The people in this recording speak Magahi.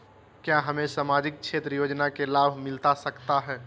क्या हमें सामाजिक क्षेत्र योजना के लाभ मिलता सकता है?